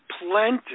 plenty